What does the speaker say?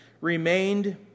remained